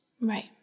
Right